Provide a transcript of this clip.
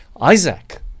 Isaac